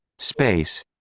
Space